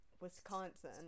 wisconsin